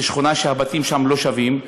שכונה שהבתים שם לא שווים.